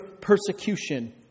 persecution